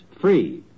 Free